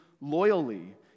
loyally